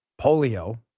polio